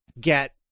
get